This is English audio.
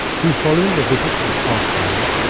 who. following a visit to the archives,